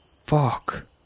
fuck